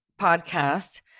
podcast